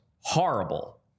horrible